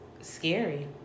scary